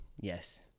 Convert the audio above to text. Yes